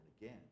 again